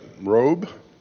robe